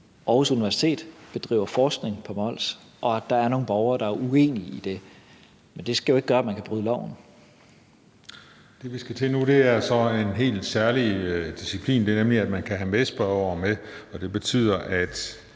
Aarhus Universitet bedriver forskning på Mols, og at der er nogle borgere, der er uenige i det. Men det skal jo ikke gøre, at man kan bryde loven. Kl. 13:43 Den fg. formand (Christian Juhl): Det, vi skal til nu, er en helt særlig disciplin, nemlig at man kan have medspørgere, og det betyder, at